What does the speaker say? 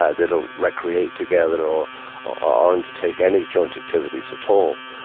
ah they don't recreate together or ah or undertake any joint activities at all.